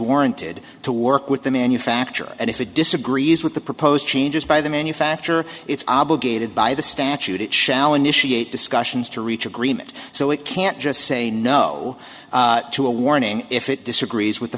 warranted to work with the manufacturer and if it disagrees with the proposed changes by the manufacturer it's obligated by the statute it shall initiate discussions to reach agreement so it can't just say no to a warning if it disagrees with the